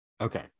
Okay